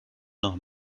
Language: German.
noch